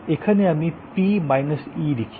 এখানে আমি P E লিখি